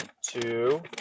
two